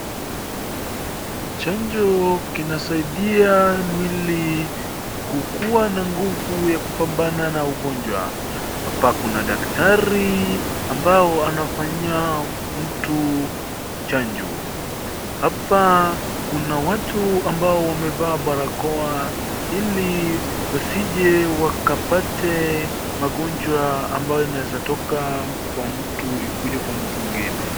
Chanjo kinasaidia mwili kukuwa na nguvu ya kupambana na ugonjwa. Hapa kuna daktari ambao anafanyia mtu chanjo. Hapa kuna watu ambao wamevaa barakoa ili wasije wakapate magonjwa ambayo yanaweza toka kwa mtu ikuje kwa mtu mwingine.